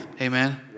Amen